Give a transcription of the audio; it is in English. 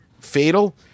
fatal